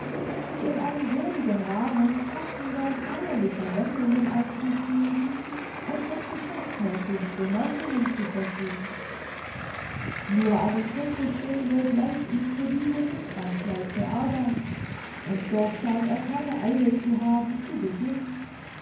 sie in einen würdigen rahmen passender feierlicher wendungen einzufügen und mit geschäftsmäßigen bemerkungen zu versehen nur eine kurze stunde bleibt ihm für diese nicht ganz leichte arbeit und doch scheint er keine eile zu haben zu beginnen